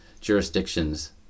jurisdictions